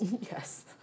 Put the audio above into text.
Yes